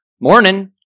Morning